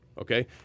Okay